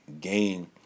gain